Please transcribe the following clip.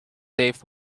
safe